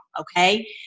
okay